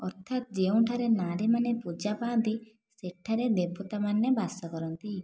ଅର୍ଥାତ ଯେଉଁଠାରେ ନାରୀମାନେ ପୂଜା ପାଆନ୍ତି ସେଠାରେ ଦେବତାମାନେ ବାସ କରନ୍ତି